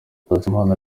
nsanzimana